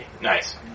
Nice